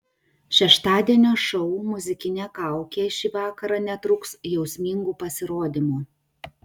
šeštadienio šou muzikinė kaukė šį vakarą netrūks jausmingų pasirodymų